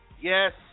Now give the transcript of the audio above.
Yes